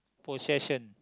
possession